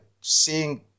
seeing